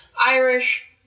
Irish